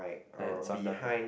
and it's on the